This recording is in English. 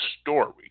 story